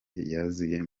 yuzuye